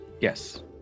Yes